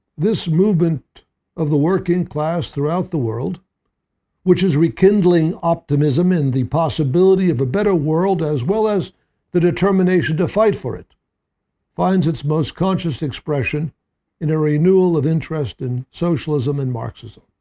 this movement of the working class throughout the world which is rekindling optimism in the possibility of a better world as well as the determination to fight for it finds its most conscious expression in a renewal of interest in socialism and marxism.